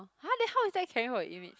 !huh! then how is that caring for image